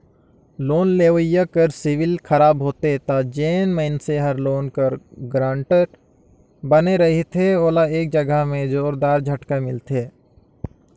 loan लेवइया कर civil खराब होथे ता जेन मइनसे हर लोन कर गारंटर बने रहथे ओला ए जगहा में जोरदार झटका मिलथे